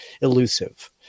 elusive